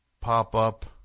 pop-up